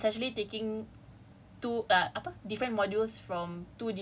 time difference and I don't think it's possible cause uh you're it's actually taking